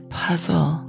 puzzle